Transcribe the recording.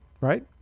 right